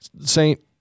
Saint